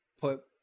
put